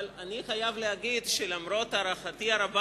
אבל אני חייב להגיד שלמרות הערכתי הרבה